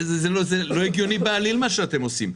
זה לא הגיוני בעליל מה שאתם עושים.